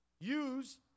use